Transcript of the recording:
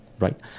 Right